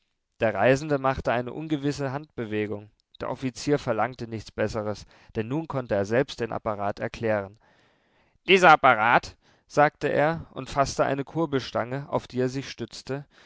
der reisende machte eine ungewisse handbewegung der offizier verlangte nichts besseres denn nun konnte er selbst den apparat erklären dieser apparat sagte er und faßte eine kurbelstange auf die er sich stützte